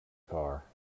car